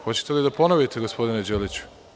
Hoćete li da ponovite, gospodine Đeliću?